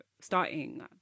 starting